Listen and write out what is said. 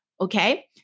Okay